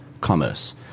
commerce